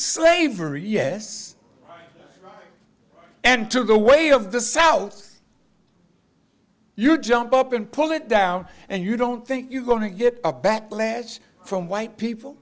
slavery yes and to the way of the south you jump up and pull it down and you don't think you're going to get a backlash from white people